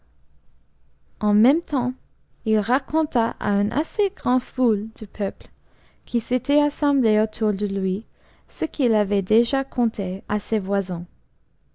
en même temps il raconta à une assez grande foule de peuple qui s'était assemblée autour de lui ce qu'il avait déjà conté à ses voisins